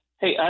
Hey